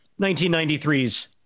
1993's